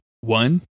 One